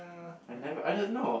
and then I don't know